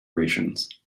rations